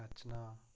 नच्चना